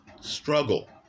struggle